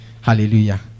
Hallelujah